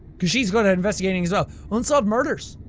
cause she's gotta investigating as well. unsolved murders!